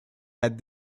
had